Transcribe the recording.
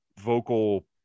vocal